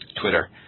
Twitter